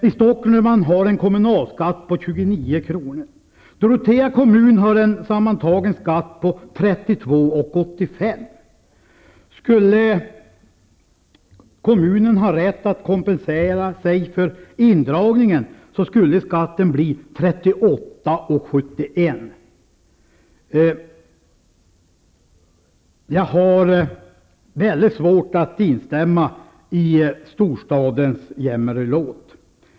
I Stockholm har man en kommunalskatt på 29 kr. Dorotea kommun har en sammantagen skatt på 32,85. Skulle kommunen ha rätt att kompensera sig för indragningen skulle skatten bli 38,71. Jag har väldigt svårt att instämma i storstadens jämmerlåt.